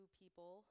people